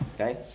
Okay